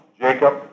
Jacob